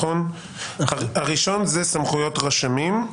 הראשון זה סמכויות הרשמים,